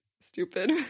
stupid